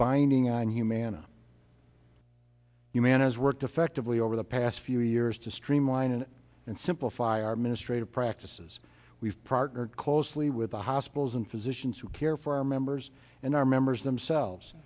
binding on humana the man has worked effectively over the past few years to streamline and and simplify our ministry of practices we've partnered closely with the hospitals and physicians who care for our members and our members themselves